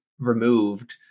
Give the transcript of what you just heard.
removed